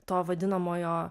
to vadinamojo